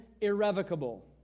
irrevocable